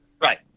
Right